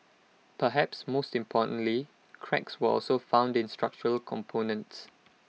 perhaps most importantly cracks were also found in structural components